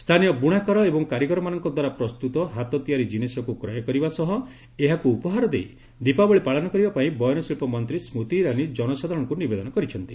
ସ୍ଥାନୀୟ ବୃଣାକାର ଏବଂ କାରିଗରମାନଙ୍କ ଦ୍ୱାରା ପ୍ରସ୍ତୁତ ହାତତିଆରି ଜିନିଷକୁ କ୍ରୟ କରିବା ସହ ଏହାକୁ ଉପହାର ଦେଇ ଦିପାବଳୀ ପାଳନ କରିବା ପାଇଁ ବୟନଶିଳ୍ପ ମନ୍ତ୍ରୀ ସୁତି ଇରାନୀ ଜନସାଧାରଣଙ୍କୁ ନିବେଦନ କରିଛନ୍ତି